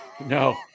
No